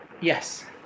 Yes